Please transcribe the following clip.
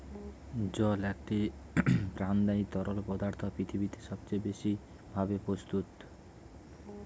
জল একটি প্রাণদায়ী তরল পদার্থ পৃথিবীতে সবচেয়ে বেশি ভাবে প্রস্তুত